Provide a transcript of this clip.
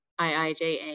IIJA